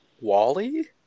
Wally